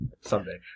Someday